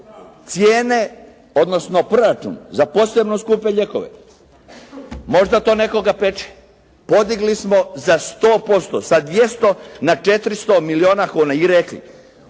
cijene odnosno proračun za posebno skupe lijekove, možda to nekoga peče, podigli smo za 100%. Sa 200 na 400 milijuna kuna i rekli: